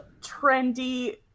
trendy